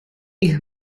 ich